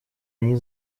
они